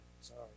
Sorry